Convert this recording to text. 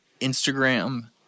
Instagram